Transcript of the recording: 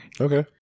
Okay